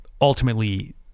ultimately